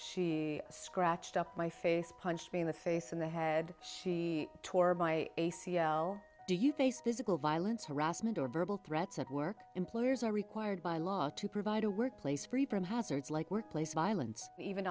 she scratched up my face punched me in the face in the head she tore my a c l do you think physical violence harassment or verbal threats at work employers are required by law to provide a workplace pribram hazards like workplace violence even